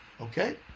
okay